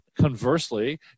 Conversely